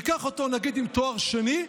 ניקח אותו, נגיד, עם תואר שני: